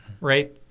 right